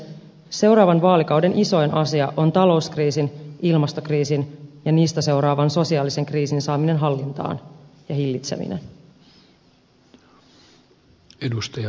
seuraavan vaalikauden isoin asia on talouskriisin ilmastokriisin ja niistä seuraavan sosiaalisen kriisin saaminen hallintaan ja hillitseminen